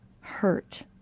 hurt